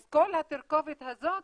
אז כל התרכובת הזאת